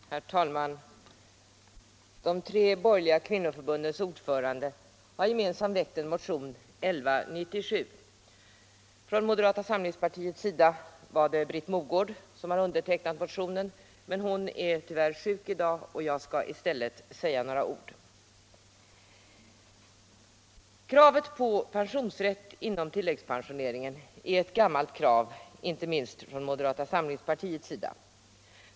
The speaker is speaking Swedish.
Herr talman! De tre borgerliga kvinnoförbundens ordförande har gemensamt väckt en motion, 1197. Från moderata samlingspartiets sida är det Britt Mogård som har undertecknat motionen. Hon är tyvärr sjuk i dag, och jag skall i stället säga några ord. Kravet på pensionsrätt inom tilläggspensioneringen för hemarbete är ett gammalt krav, inte minst från moderata samlingspartiets sida.